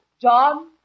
John